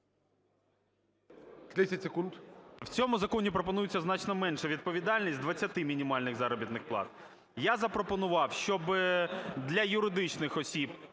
В цьому законі пропонується значно менша відповідальність – з 20 мінімальних заробітних плат. Я запропонував, щоби для юридичних осіб